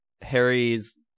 Harry's